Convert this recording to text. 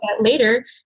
later